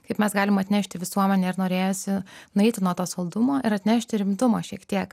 kaip mes galim atnešti visuomenei ir norėjosi nueiti nuo to saldumo ir atnešti rimtumo šiek tiek